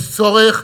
יש צורך,